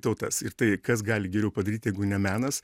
tautas ir tai kas gali geriau padaryt jeigu ne menas